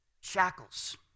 shackles